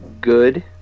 good